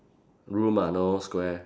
room ah no square